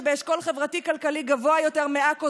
שבאשכול חברתי-כלכלי גבוה יותר מעכו,